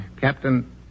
Captain